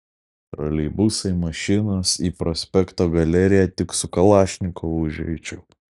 troleibusai mašinos į prospekto galeriją tik su kalašnikovu užeičiau